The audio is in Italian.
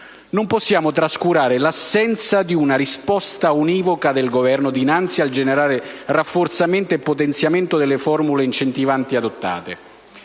Non possiamo trascurare l'assenza di una risposta univoca del Governo dinanzi al generale rafforzamento e potenziamento delle formule incentivanti adottate.